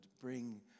bring